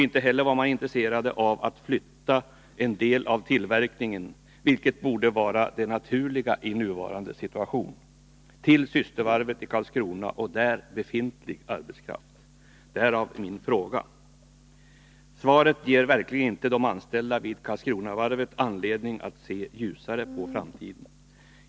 Inte heller var företagen intresserade av att flytta en del av tillverkningen till systervarvet i Karlskrona och där befintlig arbetskraft, vilket borde vara det naturliga i nuvarande situation. Detta är bakgrunden till min fråga. Svaret ger verkligen inte de anställda vid Karlskronavarvet anledning att se ljusare på framtiden.